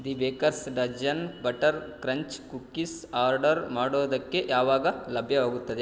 the baker's dozen butter crunch cookies order ಮಾಡೋದಕ್ಕೆ ಯಾವಾಗ ಲಭ್ಯವಾಗುತ್ತದೆ